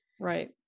right